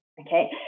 Okay